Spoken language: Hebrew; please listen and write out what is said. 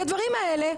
כי הדברים האלה,